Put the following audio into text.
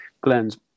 Glenn's